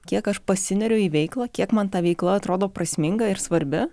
kiek aš pasineriu į veiklą kiek man ta veikla atrodo prasminga ir svarbi